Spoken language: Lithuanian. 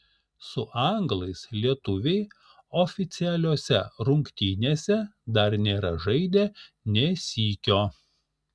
su anglais lietuviai oficialiose rungtynėse dar nėra žaidę nė sykio